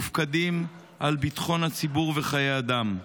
והוא מופקד על ביטחון הציבור וחיי אדם.